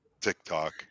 TikTok